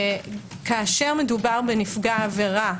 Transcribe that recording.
כאשר מדובר בנפגע עבירה,